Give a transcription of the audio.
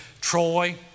Troy